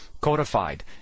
codified